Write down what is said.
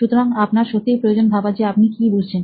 সুতরাং আপনার সত্যিই প্রয়োজন ভাবা যে আপনি কি বুঝছেন